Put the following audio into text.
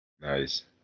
Nice